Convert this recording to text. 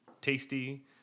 tasty